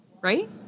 right